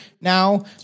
now